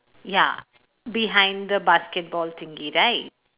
ya behind the basketball thingy right